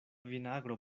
vinagro